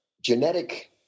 genetic